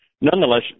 Nonetheless